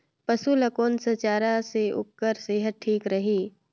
पशु ला कोन स चारा से ओकर सेहत ठीक रही?